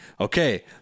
okay